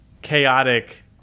chaotic